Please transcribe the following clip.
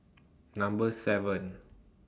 Number seven